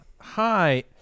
Hi